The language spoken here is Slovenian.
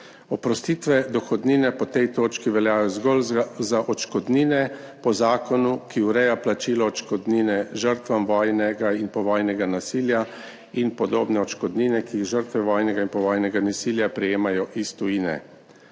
Oprostitve dohodnine po tej točki veljajo zgolj za odškodnine po zakonu, ki ureja plačilo odškodnine žrtvam vojnega in povojnega nasilja in podobne odškodnine, ki jih žrtve vojnega in povojnega nasilja prejemajo iz tujine.